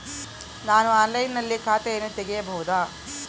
ನಾನು ಆನ್ಲೈನಿನಲ್ಲಿ ಖಾತೆಯನ್ನ ತೆಗೆಯಬಹುದಾ?